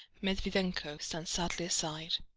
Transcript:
medviedenko stands sadly aside.